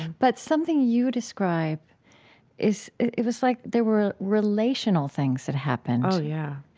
but something you describe is it was like there were relational things that happened oh, yeah.